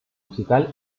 musical